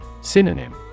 Synonym